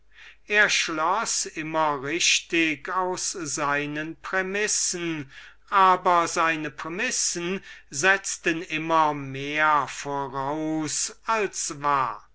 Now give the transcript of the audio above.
er schloß immer richtig aus seinen prämissen aber seine prämissen setzten immer mehr voraus als war